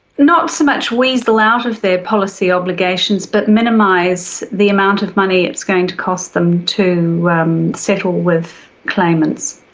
not so much weasel out of their policy obligations but minimise the amount of money it's going to cost them to settle with claimants.